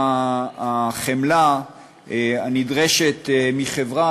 החמלה הנדרשת מחברה,